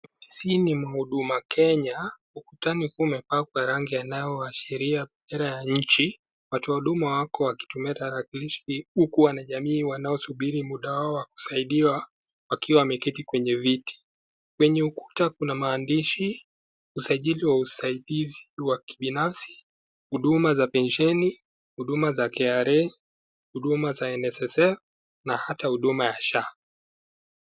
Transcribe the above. Ofisi hii ni mwa Huduma Kenya. Ukutani ukiwa umepakwa rangi yanayoashiria bendera ya nchi. Watu wa huduma wato wakitumia tarakilishi huku wanajamii wanaosubiri muda wao wa kusaidiwa wakiwa wameketi kwenye viti. Kwenye ukuta kuna maandishi:- usajili wa usaidizi wa kibinafsi, huduma za pensheni, huduma za KRA, huduma za NSSF na hata huduma ya SHA.